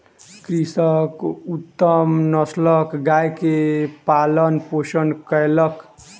कृषक उत्तम नस्लक गाय के पालन पोषण कयलक